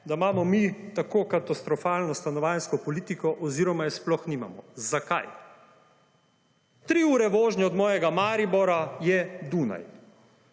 da imamo tako katastrofalno stanovanjsko politiko oziroma je sploh nimamo. Zakaj? Tri ure vožnje od mojega Maribora je Dunaj.